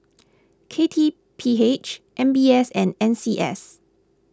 K T P H M B S and N C S